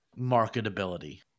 marketability